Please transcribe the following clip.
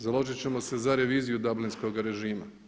Založit ćemo se za reviziju dublinskog režima.